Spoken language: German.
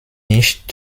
nicht